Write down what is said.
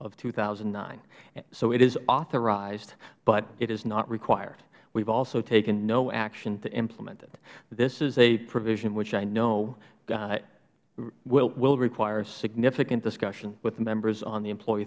of two thousand and nine so it is authorized but it is not required we've also taken no action to implement it this is a provision which i know will require significant discussions with members on the employee